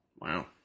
Wow